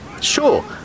sure